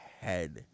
head